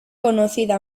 conocida